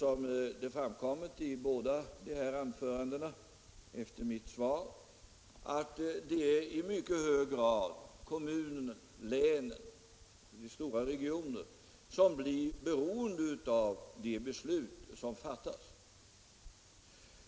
Som framkommit av båda anförandena efter mitt svar är kommunen, länet, den stora regionen i mycket hög grad beroende av de beslut som fattas.